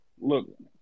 look